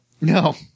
No